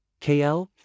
KL